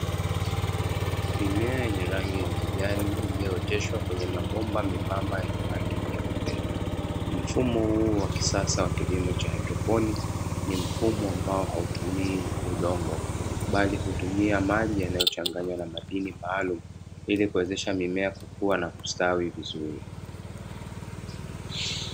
Mimea yenye rangi ya kijani iliyooteshwa kwenye mabomba membamba yenye rangi nyeupe, mfumo huu wa kisasa wa kilimo cha haidroponi, ni mfumo ambao hautumii udongo bali hutumia maji yaliyochanganywa na madini maalumu ili kuwezesha mmea kukua na kustawi vizuri.